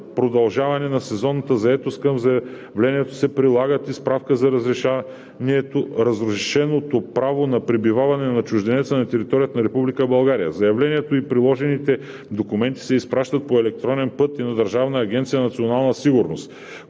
продължаване на сезонната заетост към заявлението се прилага и справка за разрешеното право на пребиваване на чужденеца на територията на Република България. Заявлението и приложените документи се изпращат по електронен път и на Държавна агенция „Национална сигурност“,